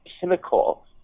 pinnacle